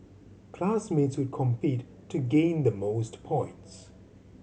classmates would compete to gain the most points